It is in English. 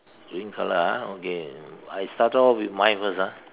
green colour ah okay you know I started off with mine first ah